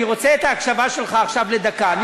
אני רוצה את ההקשבה שלך עכשיו לדקה.